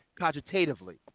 cogitatively